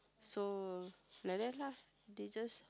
so like that lah they just